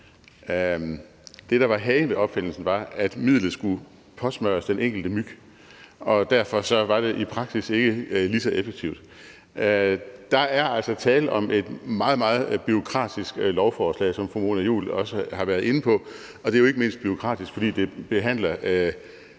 Det, der var hagen ved opfindelsen, var, at midlet skulle påsmøres den enkelte myg, og derfor var det i praksis ikke lige så effektivt. Der er altså tale om et meget, meget bureaukratisk lovforslag, som fru Mona Juul også har været inde på, og det er jo ikke mindst bureaukratisk, fordi det behandler